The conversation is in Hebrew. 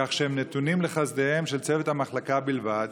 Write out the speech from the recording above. כך שהם נתונים לחסדיו של צוות המחלקה בלבד